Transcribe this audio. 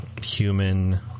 human